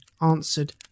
answered